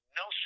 no